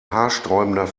haarsträubender